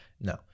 No